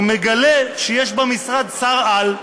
ומגלה שיש במשרד שר-על.